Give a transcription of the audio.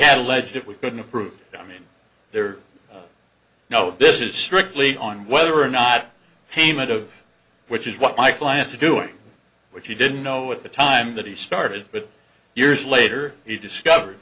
had alleged it we couldn't prove i mean there are no business strictly on whether or not payment of which is what my clients are doing which we didn't know at the time that he started but years later he discovered